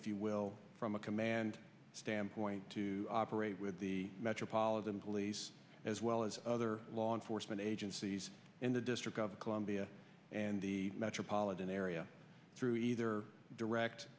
if you will from a and standpoint to operate with the metropolitan police as well as other law enforcement agencies in the district of columbia and the metropolitan area through either direct